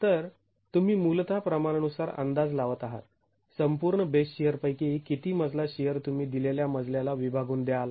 तर तुम्ही मूलतः प्रमाणानुसार अंदाज लावत आहात संपूर्ण बेस शिअर पैकी किती मजला शिअर तुम्ही दिलेल्या मजल्याला विभागून द्याल